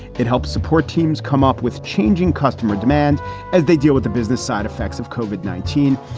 it helps support teams come up with changing customer demand as they deal with the business side effects of kovik, nineteen.